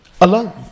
alone